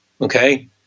okay